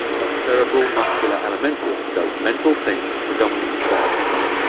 a cerebral-muscular-alimentive does mental things predominantly throughout his life,